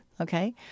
Okay